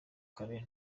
kare